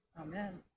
Amen